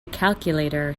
calculator